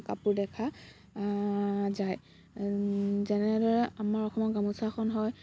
কাপোৰ দেখা যায় যেনেদৰে আমাৰ অসমৰ গামোচাখন হয়